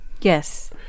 Yes